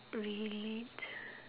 relate